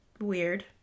weird